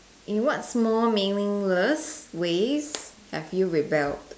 in what small meaningless ways have you rebelled